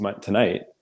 tonight